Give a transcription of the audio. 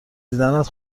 دیدنت